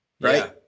Right